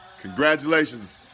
Congratulations